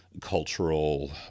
cultural